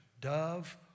dove